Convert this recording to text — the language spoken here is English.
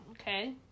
Okay